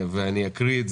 אני קורא: